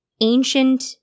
ancient